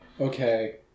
okay